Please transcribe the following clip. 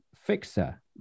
fixer